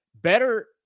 better